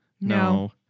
No